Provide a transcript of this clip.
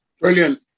Brilliant